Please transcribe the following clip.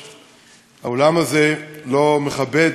מוותר,